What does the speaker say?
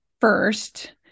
first